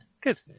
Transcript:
Good